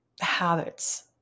habits